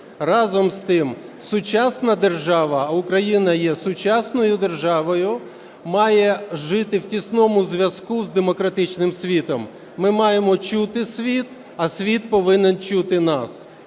Разом з тим, сучасна держава, а Україна є сучасною державою, має жити в тісному зв'язку з демократичним світом. Ми маємо чути світ, а світ повинен чути нас